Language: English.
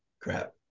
Crap